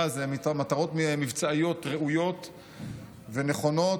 הזה הן מטרות מבצעיות ראויות ונכונות.